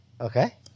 Okay